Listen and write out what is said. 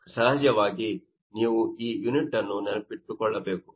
ಸಹಜವಾಗಿ ನೀವು ಈ ಯೂನಿಟ್ ಅನ್ನು ನೆನಪಿಟ್ಟುಕೊಳ್ಳಬೇಕು